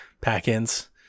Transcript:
Pack-ins